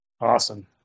awesome